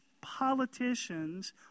politicians